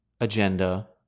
agenda